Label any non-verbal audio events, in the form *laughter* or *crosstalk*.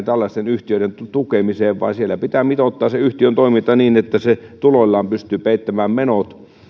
*unintelligible* tällaisten yhtiöiden tukemiseen vaan siellä pitää mitoittaa sen yhtiön toiminta niin että se tuloillaan pystyy peittämään menot